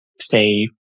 stay